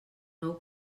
nou